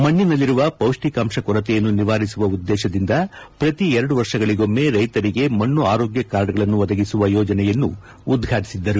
ಮಣ್ಣಿನಲ್ಲಿರುವ ಪೌಷ್ಠಿಕಾಂಶ ಕೊರತೆಯನ್ನು ನಿವಾರಿಸುವ ಉದ್ದೇಶದಿಂದ ಪ್ರತಿ ಎರಡು ವರ್ಷಗಳಗೊಮ್ಮೆ ರೈತರಿಗೆ ಮಣ್ಣು ಆರೋಗ್ಯ ಕಾರ್ಡ್ಗಳನ್ನು ಒದಗಿಸುವ ಯೋಜನೆಯನ್ನು ಉದ್ಘಾಟಿಸಿದ್ದರು